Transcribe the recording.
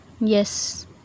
Yes